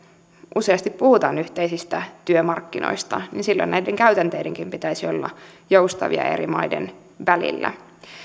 useasti puhutaan yhteisistä työmarkkinoista silloin näiden käytänteidenkin pitäisi olla joustavia eri maiden välillä